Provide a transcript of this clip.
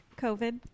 COVID